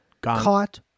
caught